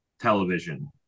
television